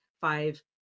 five